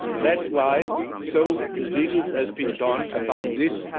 that's why so little has been done about this,